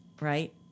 Right